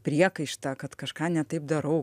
priekaištą kad kažką ne taip darau